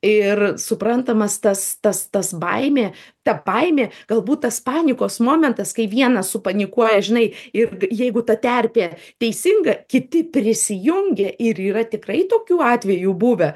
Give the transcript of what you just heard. ir suprantamas tas tas tas baimė ta baimė galbūt tas panikos momentas kai vienas supanikuoja žinai ir jeigu ta terpė teisinga kiti prisijungia ir yra tikrai tokių atvejų buvę